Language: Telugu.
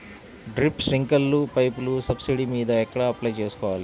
డ్రిప్, స్ప్రింకర్లు పైపులు సబ్సిడీ మీద ఎక్కడ అప్లై చేసుకోవాలి?